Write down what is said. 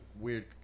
weird